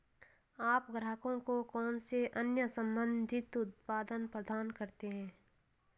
आप ग्राहकों को कौन से अन्य संबंधित उत्पाद प्रदान करते हैं?